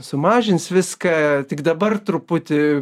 sumažins viską tik dabar truputį